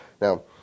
Now